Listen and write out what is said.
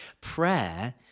Prayer